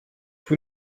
vous